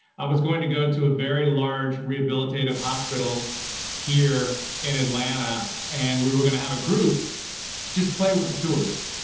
i was going to go to a very large rehabilitative hospital here in atlanta, and we were going to have a group just play with the tours.